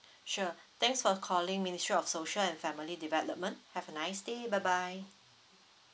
sure thanks for calling ministry of social and family development have a nice day bye bye